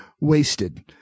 wasted